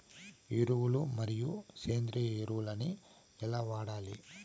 ఎరువులు మరియు సేంద్రియ ఎరువులని ఎలా వాడాలి?